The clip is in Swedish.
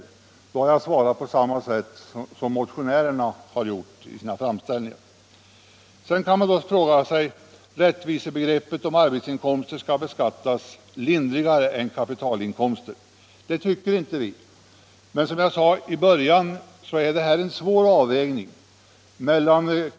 Då har jag uttryckt mig på samma sätt som motionärerna gjort i sina framställningar. Sedan kan man då fråga sig om det är rättvist att arbetsinkomster skall beskattas lindrigare än kapitalinkomster. Det tycker inte vi. Men som jag sade är det här en svår avvägningsfråga.